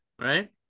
Right